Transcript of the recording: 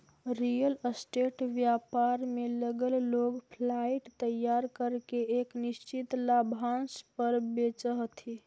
real estate व्यापार में लगल लोग फ्लाइट तैयार करके एक निश्चित लाभांश पर बेचऽ हथी